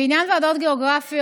בעניין ועדות גיאוגרפיות,